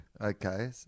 Okay